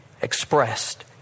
expressed